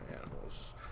animals